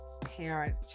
parent